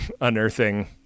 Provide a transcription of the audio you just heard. unearthing